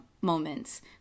moments